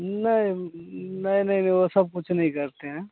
नहीं नहीं नहीं नहीं वैसा कुछ नहीं करते हैं